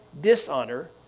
dishonor